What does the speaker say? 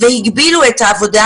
והגבילו את העבודה,